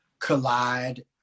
Collide